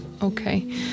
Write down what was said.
Okay